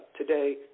today